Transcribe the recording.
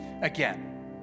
again